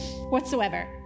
whatsoever